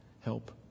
Help